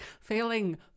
Failing